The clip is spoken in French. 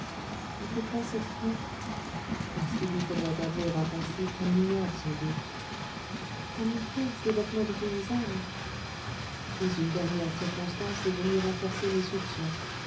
et pourquoi cette crainte parce qu'il lui faudrait avouer un passé qu'on ignore sans doute en effet ses vêtements de paysanne puis une dernière circonstance est venue renforcer mes soupçons